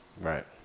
Right